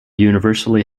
universally